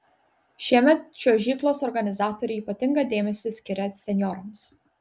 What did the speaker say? šiemet čiuožyklos organizatoriai ypatingą dėmesį skiria senjorams